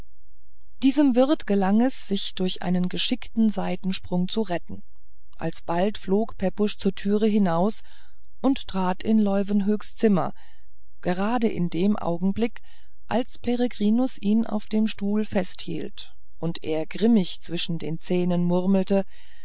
diesem wirt gelang es sich durch einen geschickten seitensprung zu retten alsbald flog pepusch zur türe hinaus und trat in leuwenhoeks zimmer gerade in dem augenblick als peregrinus ihn auf dem stuhle festhielt und er grimmig zwischen den zähnen murmelte